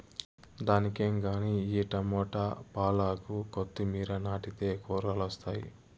దానికేం గానీ ఈ టమోట, పాలాకు, కొత్తిమీర నాటితే కూరలొస్తాయి